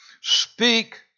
speak